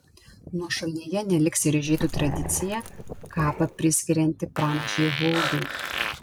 nuošalyje neliks ir žydų tradicija kapą priskirianti pranašei huldai